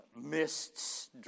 mists